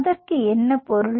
அதற்கு என்ன பொருள்